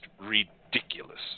ridiculous